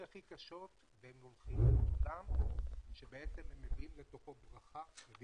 הכי קשות והם הולכים לעולם כשבעצם הם מביאים לתוכו ברכה,